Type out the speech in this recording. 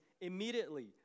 immediately